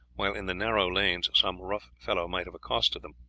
while in the narrow lanes some rough fellow might have accosted them.